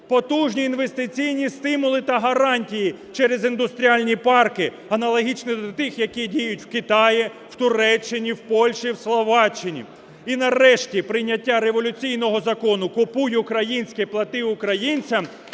Потужні інвестиційні стимули та гарантії через індустріальні парки, аналогічні до тих, які діють в Китаї, в Туреччині, в Польщі, в Словаччині. І нарешті прийняття революційного Закону "Купуй українське, плати українцям!",